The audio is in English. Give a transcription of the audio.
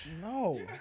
No